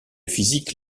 physique